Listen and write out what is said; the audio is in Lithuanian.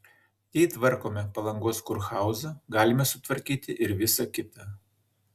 jei tvarkome palangos kurhauzą galime sutvarkyti ir visa kita